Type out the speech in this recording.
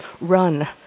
run